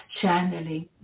channeling